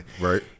Right